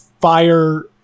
fire